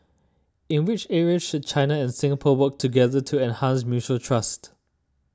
in which areas should China and Singapore work together to enhance mutual trust